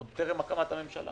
עוד טרם הקמת הממשלה